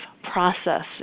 process